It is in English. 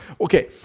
Okay